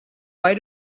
why